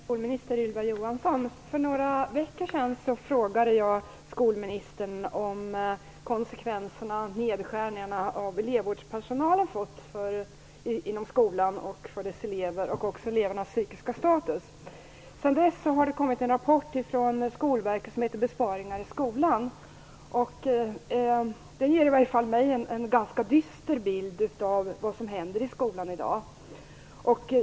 Herr talman! Jag har en fråga till skolminister Ylva Johansson. För några veckor sedan frågade jag skolministern om de konsekvenser som nedskärningarna beträffande elevvårdspersonalen fått inom skolan - för eleverna och för elevernas psykiska status. Sedan dess har det kommit en rapport från Skolverket, Besparingar i skolan. Den ger i varje fall mig en ganska dyster bild av vad som i dag händer i skolan.